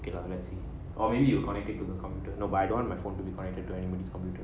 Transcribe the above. okay lah let's say or maybe you connected to the computer no but I don't want my phone to be quieter to anybody's computer